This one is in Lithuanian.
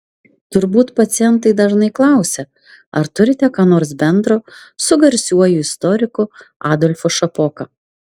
turbūt pacientai dažnai klausia ar turite ką nors bendro su garsiuoju istoriku adolfu šapoka